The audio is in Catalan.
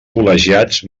col·legiats